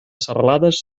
serralades